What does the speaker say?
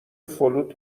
فلوت